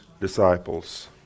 disciples